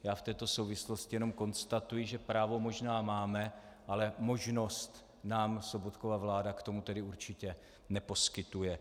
Já v této souvislosti jenom konstatuji, že právo možná máme, ale možnost nám Sobotkova vláda k tomu tedy určitě neposkytuje.